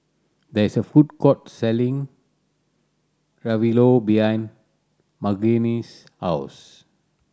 there is a food court selling Ravioli behind Margene's house